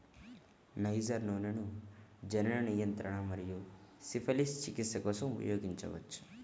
niger నూనెను జనన నియంత్రణ మరియు సిఫిలిస్ చికిత్స కోసం ఉపయోగించవచ్చు